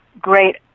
great